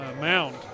mound